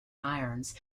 irons